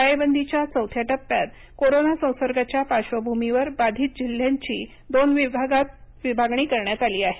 टाळेबंदी च्या चौथ्या टप्प्यात कोरोना संसर्गाच्या पार्श्वभूमीवर बाधित जिल्ह्याची दोन भागांत विभागणी करण्यात आली आहे